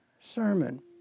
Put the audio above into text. sermon